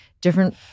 different